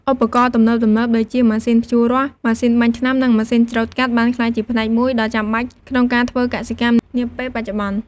ឧបករណ៍ទំនើបៗដូចជា ម៉ាស៊ីនភ្ជួររាស់ ម៉ាស៊ីនបាញ់ថ្នាំ និងម៉ាស៊ីនច្រូតកាត់ បានក្លាយជាផ្នែកមួយដ៏ចាំបាច់ក្នុងការធ្វើកសិកម្មនាពេលបច្ចុប្បន្ន។